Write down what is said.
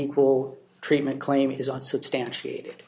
equal treatment claim is on substantiate